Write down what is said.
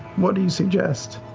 what do you suggest?